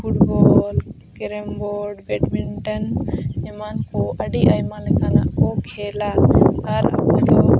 football carrom board badminton ᱮᱢᱟᱱ ᱠᱚ ᱟᱹᱰᱤ ᱟᱭᱢᱟ ᱞᱮᱠᱟᱱᱟᱜ ᱠᱚ ᱠᱷᱮᱞᱟ ᱟᱨ ᱚᱱᱟ ᱠᱚ